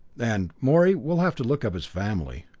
and, morey, we'll have to look up his family.